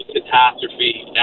catastrophe